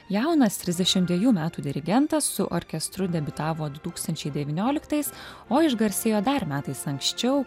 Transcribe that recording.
jaunas trisdešim dvejų metų dirigentas su orkestru debiutavo du tūkstančiai devynioliktais o išgarsėjo dar metais anksčiau